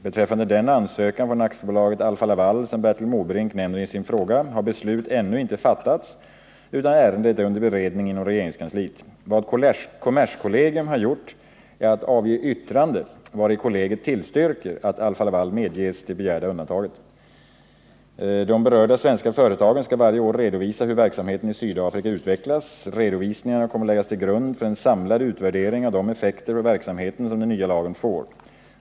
Beträffande den ansökan från Alfa-Laval AB som Bertil Måbrink nämner i sin fråga har beslut ännu inte fattats, utan ärendet är under beredning inom regeringskansliet. Vad kommerskollegium har gjort är att avge yttrande, vari kollegiet tillstyrker att Alfa-Laval medges det begärda undantaget. De berörda svenska företagen skall varje år redovisa hur verksamheten i Sydafrika utvecklas. Redovisningarna kommer att läggas till grund för en samlad utvärdering av de effekter på verksamheten som den nya lagen får.